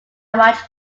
much